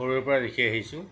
সৰুৰে পৰা দেখি আহিছোঁ